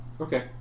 Okay